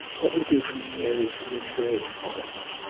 what we do from here is is very important.